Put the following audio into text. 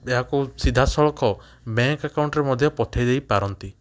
ଏହାକୁ ସିଧାସଳଖ ବ୍ୟାଙ୍କ ଏକାଉଣ୍ଟରେ ମଧ୍ୟ ପଠାଇ ଦେଇପାରନ୍ତି